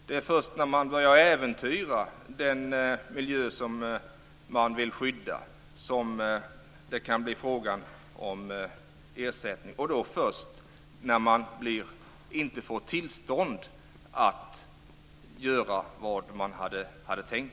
Det är först när man börjar äventyra den miljö som vi vill skydda som det kan bli fråga om ersättning, och då först när man inte får tillstånd att göra det man hade tänkt.